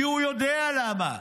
כי הוא יודע למה.